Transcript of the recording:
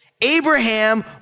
Abraham